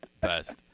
best